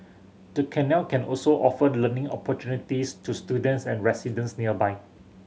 the canal can also offered learning opportunities to students and residents nearby